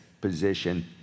position